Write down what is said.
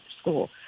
School